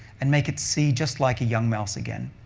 and make it see just like a young mouse again.